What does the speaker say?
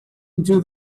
into